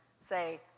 say